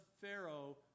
Pharaoh